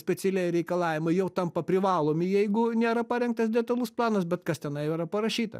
specialieji reikalavimai jau tampa privalomi jeigu nėra parengtas detalus planas bet kas tenai yra parašyta